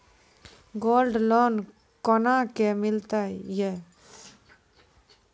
Gold loan कोना के मिलते यो?